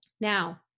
Now